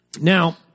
Now